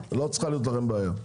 אז לא צריכה להיות לכם בעיה.